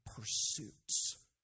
pursuits